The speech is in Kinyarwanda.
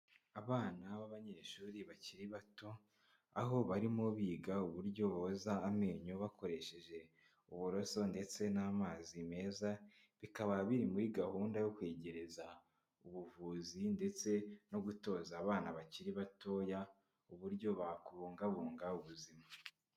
Abana b'abanyeshuri bakiri bato, aho barimo biga uburyo boza amenyo, bakoresheje uburoso ndetse n'amazi meza, bikaba biri muri gahunda yo kwegereza ubuvuzi, ndetse no gutoza abana bakiri batoya, uburyo babungabunga ubuzima.